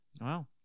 Wow